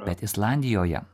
bet islandijoje